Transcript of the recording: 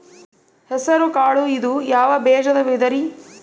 ಹೆಸರುಕಾಳು ಇದು ಯಾವ ಬೇಜದ ವಿಧರಿ?